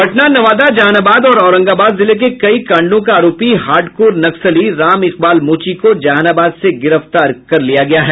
पटना नवादा जहानाबाद और औरंगाबाद जिले के कई कांडों का आरोपी हार्डकोर नक्सली राम इकबाल मोची को जहानाबाद से गिरफ्तार किया गया है